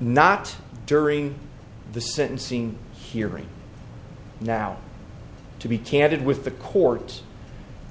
not during the sentencing hearing now to be candid with the court